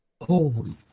holy